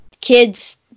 kids